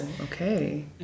Okay